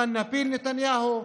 אבל נפיל את נתניהו.